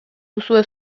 duzue